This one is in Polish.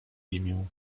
imię